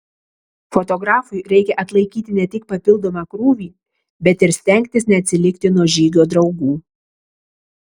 fotografui reikia atlaikyti ne tik papildomą krūvį bet ir stengtis neatsilikti nuo žygio draugų